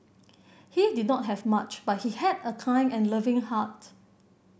he did not have much but he had a kind and loving heart